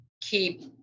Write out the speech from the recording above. keep